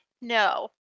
No